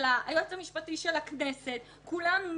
היועץ המשפטי של הכנסת - כולם נגד.